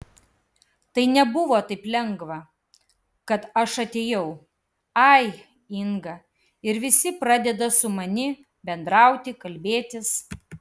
tai nebuvo taip lengva kad aš atėjau ai inga ir visi pradeda su mani bendrauti kalbėtis